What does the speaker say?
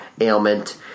ailment